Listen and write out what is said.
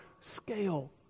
scale